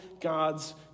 God's